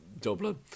Dublin